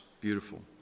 beautiful